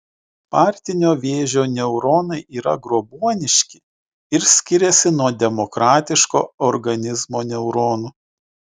partinio vėžio neuronai yra grobuoniški ir skiriasi nuo demokratiško organizmo neuronų